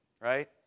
right